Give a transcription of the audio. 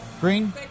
Green